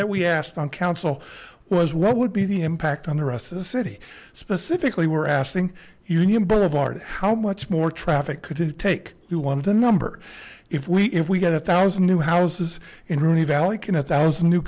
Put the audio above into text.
that we asked on council was what would be the impact on the rest of the city specifically we're asking union boulevard how much more traffic could it take you want the number if we if we get a thousand new houses in rooney valley can a thousand new